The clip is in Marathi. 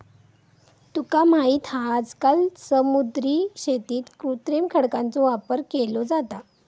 तुका माहित हा आजकाल समुद्री शेतीत कृत्रिम खडकांचो वापर केलो जाता